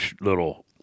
little